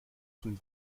von